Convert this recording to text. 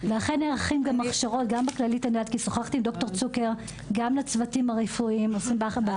נערכות הכשרות בכללית גם לצוותים הרפואיים.